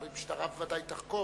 המשטרה בוודאי תחקור.